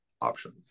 option